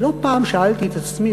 ולא פעם שאלתי את עצמי,